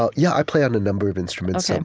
so yeah, i play on a number of instruments. and